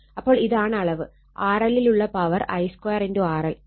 അപ്പോൾ ഇതാണ് അളവ് RL ലുള്ള പവർ I 2 RL